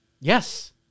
Yes